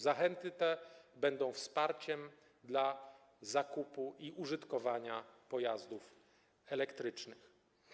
Zachęty te będą wsparciem dla zakupu i użytkowania pojazdów elektrycznych.